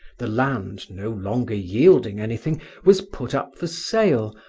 the land no longer yielding anything was put up for sale,